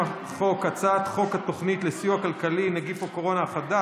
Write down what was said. הצעת חוק התוכנית לסיוע כלכלי (נגיף הקורונה החדש)